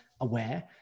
aware